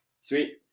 Sweet